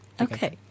Okay